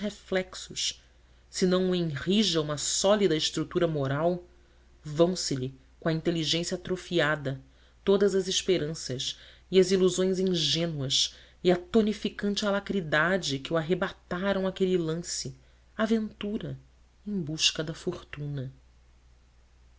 reflexos se não o enrija uma sólida estrutura moral vão se lhe com a inteligência atrofiada todas as esperanças e as ilusões ingênuas e a tonificante alacridade que o arrebataram àquele lance à ventura em busca da fortuna